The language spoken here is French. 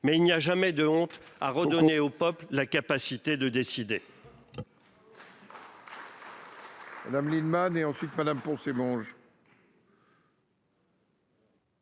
Mais il n'y a jamais de honte à redonner au peuple, la capacité de décider.